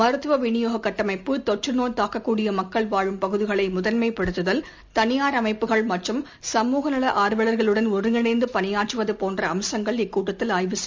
மருத்துவ விநியோக கட்டமைப்பு தொற்று நோய் தாக்கக்கூடிய மக்கள வாழும் பகுதிகளை முதன்மைப்படுத்துதல் தனியார் அமைப்புகள் மற்றும் சமக நல ஆர்வலர்களுடன் ஒருங்கிணைந்து பணியாற்றுவது போன்ற அம்சங்கள் இக்கூட்டத்தில் ஆய்வு செய்யப்பட்டன